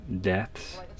deaths